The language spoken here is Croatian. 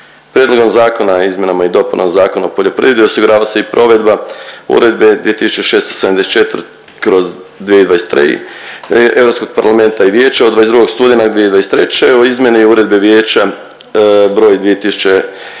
Prijedlogom zakona o izmjenama i dopunama Zakona o poljoprivredi osigurava se i provedba uredbe 2674/2023 Europskog parlamenta i Vijeća od 22. studenog 2023. o izmjeni Uredbe Vijeća broj